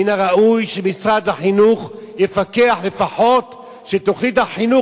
מן הראוי שמשרד החינוך יפקח לפחות שתוכנית החינוך